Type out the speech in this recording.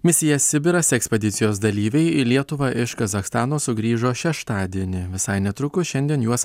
misija sibiras tekspedicijos dalyviai į lietuvą iš kazachstano sugrįžo šeštadienį visai netrukus šiandien juos